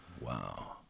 Wow